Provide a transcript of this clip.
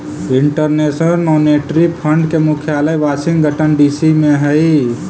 international monetary fund के मुख्यालय Washington DC में हई